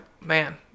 man